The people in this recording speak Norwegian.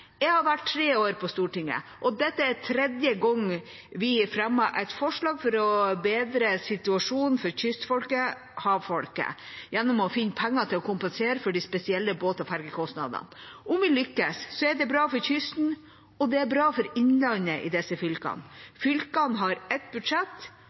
Jeg har vært tre år på Stortinget, og dette er tredje gang vi fremmer et forslag for å bedre situasjonen for kystfolket og havfolket gjennom å finne penger til å kompensere for de spesielle båt- og fergekostnadene. Om vi lykkes, er det bra for kysten, og det er bra for innlandet i disse